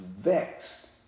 vexed